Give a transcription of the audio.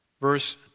verse